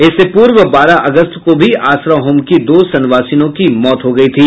इससे पूर्व बारह अगस्त को भी आसरा होम की दो संवासिनों की मौत हो गई थी